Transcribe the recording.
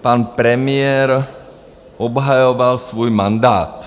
pan premiér obhajoval svůj mandát.